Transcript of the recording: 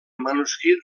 manuscrit